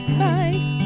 bye